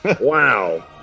Wow